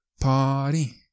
Party